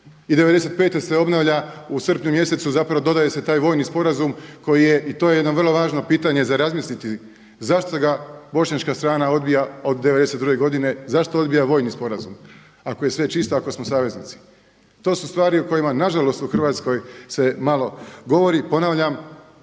i '95. se obnavlja u srpnju, zapravo dodaje se taj vojni sporazum koji je i to je jedno vrlo važno pitanje za razmisliti. Zašto ga bošnjačka strana odbija od '92. godine, zašto odbija vojni sporazum, ako je sve čisto i ako smo saveznici? To su stvari o kojima nažalost u Hrvatskoj se malo govori. Ponavljam,